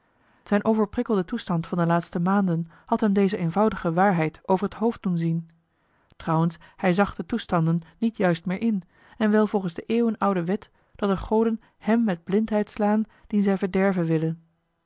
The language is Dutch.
zijn overprikkelde toestand van de laatste maanden had hem deze eenvoudige waarheid over het hoofd doen zien trouwens hij zag de toestanden niet juist meer in en wel volgens de eeuwenoude wet dat de goden hèm met blindheid slaan dien zij verderven willen